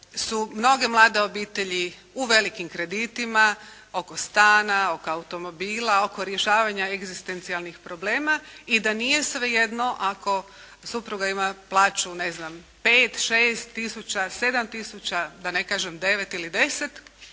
su mnoge mlade obitelji u velikim kreditima oko stana, oko automobila, oko rješavanja egzistencijalnih problema i da nije svejedno ako supruga ima plaću ne znam pet, šest tisuća,